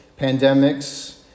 pandemics